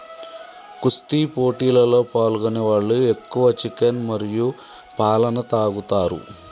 కుస్తీ పోటీలలో పాల్గొనే వాళ్ళు ఎక్కువ చికెన్ మరియు పాలన తాగుతారు